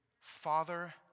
father